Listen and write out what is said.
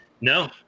No